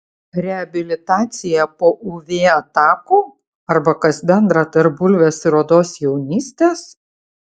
reabilitacija po uv atakų arba kas bendra tarp bulvės ir odos jaunystės